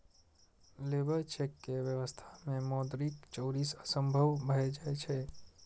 labour cheque के व्यवस्था मे मौद्रिक चोरी असंभव भए जाइ छै